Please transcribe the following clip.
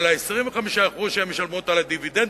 על 25% שהן משלמות על הדיבידנד,